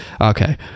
okay